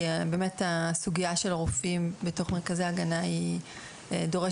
כי הסוגיה של הרופאים במרכזי ההגנה דורשת